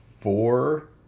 four